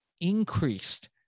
increased